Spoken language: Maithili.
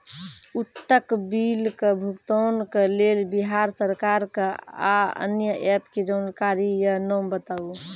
उक्त बिलक भुगतानक लेल बिहार सरकारक आअन्य एप के जानकारी या नाम बताऊ?